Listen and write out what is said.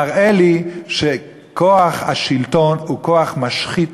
זה מראה לי שכוח השלטון הוא כוח משחית,